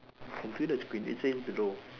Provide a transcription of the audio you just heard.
computer screen it says below